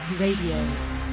Radio